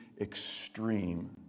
extreme